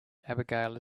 abigail